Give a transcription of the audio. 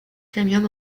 premium